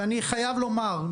אני חייב לומר,